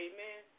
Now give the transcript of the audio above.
Amen